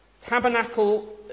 tabernacle